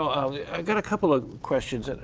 ah i've got a couple of questions. and